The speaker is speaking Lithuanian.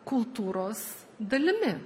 kultūros dalimi